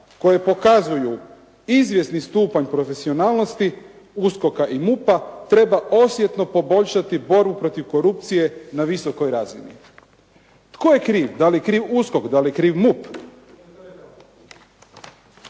koje pokazuju izvjesni stupanj profesionalnosti USKOK-a i MUP-a treba osjetno poboljšati borbu protiv korupcije na visokoj razini.» Tko je kriv? Da li je kriv USKOK? Da li je kriv MUP?